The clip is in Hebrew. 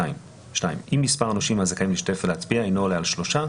אם מספר הנושים הזכאים להשתתף ולהצביע אינו עולה על שלושה,